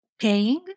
paying